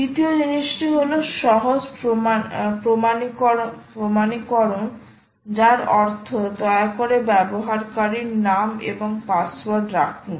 দ্বিতীয় জিনিসটি হল সহজ প্রমাণীকরণ যার অর্থ দয়া করে ব্যবহারকারীর নাম এবং পাসওয়ার্ড রাখুন